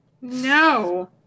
No